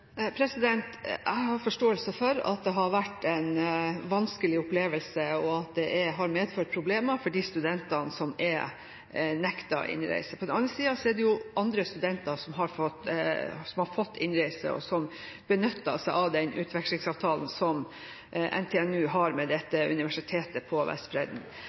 Jeg har forståelse for at det har vært en vanskelig opplevelse, og at det har medført problemer for de studentene som er nektet innreise. På den annen side er det jo andre studenter som har fått innreise, og som benytter seg av den utvekslingsavtalen som NTNU har med dette universitetet på Vestbredden.